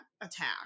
attack